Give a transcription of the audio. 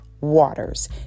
waters